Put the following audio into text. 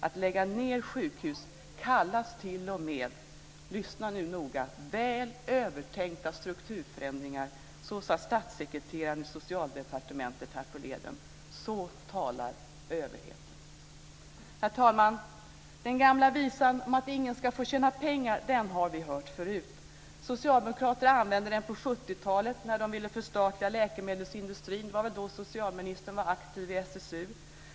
Att lägga ned sjukhus kallas t.o.m. - lyssna nu noga - "väl övertänkta strukturförändringar". Så sade statssekreteraren i Socialdepartementet härförleden. Så talar överheten. Herr talman! Den gamla visan om att ingen ska få tjäna pengar har vi hört förut. Socialdemokrater använde den på 70-talet när de ville förstatliga läkemedelsindustrin. Det var väl då som socialministern var aktiv i SSU.